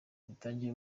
zatangiye